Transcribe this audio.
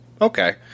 Okay